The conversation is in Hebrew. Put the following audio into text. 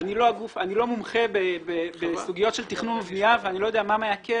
אני לא מומחה בסוגיות של תכנון ובנייה ואני לא יודע מה מעכב.